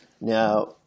now